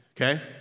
okay